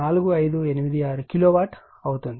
4586 kilowatt అవుతుంది